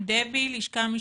דבי, לשכה המשפטית,